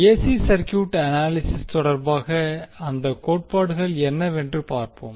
AC circuit analysis தொடர்பாக அந்த கோட்பாடுகள் என்னவென்று பார்ப்போம்